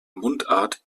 mundart